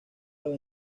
los